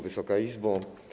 Wysoka Izbo!